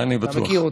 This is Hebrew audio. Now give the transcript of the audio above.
אתה מכיר אותי.